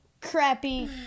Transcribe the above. crappy